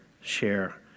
share